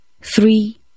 three